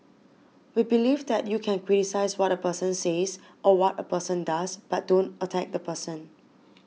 we believe that you can criticise what a person says or what a person does but don't attack the person